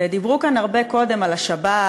ודיברו פה קודם הרבה על השבת,